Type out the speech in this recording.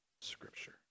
Scripture